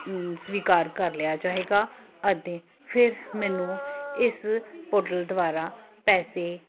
ਸਵੀਕਾਰ ਕਰ ਲਿਆ ਜਾਏਗਾ ਅਤੇ ਫਿਰ ਮੈਨੂੰ ਇਸ ਪੋਰਟਲ ਦੁਆਰਾ ਪੈਸੇ